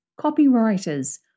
copywriters